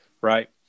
Right